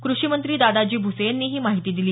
कृषी मंत्री दादाजी भूसे यांनी ही माहिती दिली